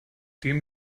dem